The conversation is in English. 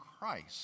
Christ